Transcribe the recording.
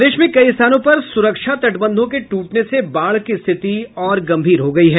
प्रदेश में कई स्थानों पर सुरक्षा तटबंधों के टूटने से बाढ़ की स्थिति और गम्भीर हो गयी है